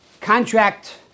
contract